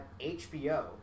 HBO